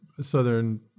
Southern